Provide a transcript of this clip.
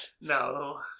No